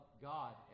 God